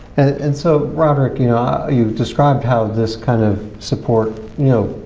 and so rodrick, you know, ah you've described how this kind of support, you know,